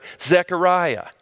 Zechariah